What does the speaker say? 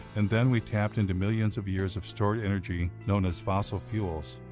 and then we tapped into millions of years of stored energy, known as fossil fuels.